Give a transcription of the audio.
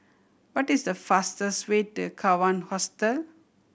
what is the fastest way to Kawan Hostel